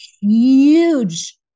huge